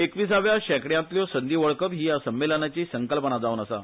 एकवीसाव्या शेंकड्यातल्यो संदी वळखप ही या संमेलनाची संकल्पना आसा